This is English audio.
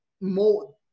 more